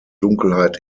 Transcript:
dunkelheit